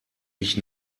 mich